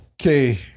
okay